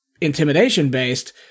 intimidation-based